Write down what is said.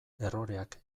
erroreak